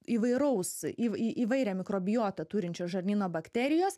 įvairaus įvairią mikrobiotą turinčio žarnyno bakterijos